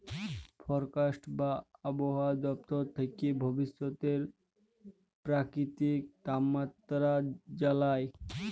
forecast বা আবহাওয়া দপ্তর থ্যাকে ভবিষ্যতের পেরাকিতিক তাপমাত্রা জালায়